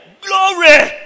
glory